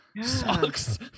sucks